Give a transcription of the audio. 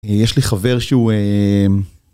יש לי חבר שהוא...